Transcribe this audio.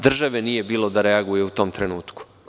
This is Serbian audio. Države nije bilo da reaguje u tom trenutku.